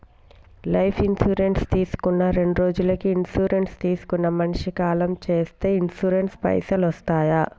Life insurance తీసుకున్న రెండ్రోజులకి insurance తీసుకున్న మనిషి కాలం చేస్తే ఇన్సూరెన్స్ పైసల్ వస్తయా?